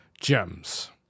gems